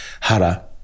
Hara